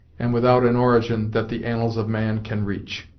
and without an origin that the annals of man can reach.